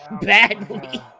Badly